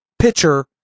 pitcher